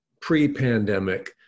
pre-pandemic